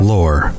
Lore